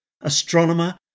astronomer